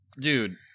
Dude